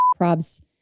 probs